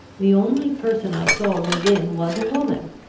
the only person i saw within was a woman,